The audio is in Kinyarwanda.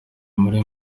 muri